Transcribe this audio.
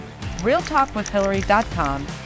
realtalkwithhillary.com